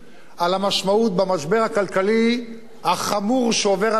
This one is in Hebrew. על המשמעות שלה במשבר הכלכלי החמור שעובר על העולם,